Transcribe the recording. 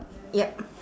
yup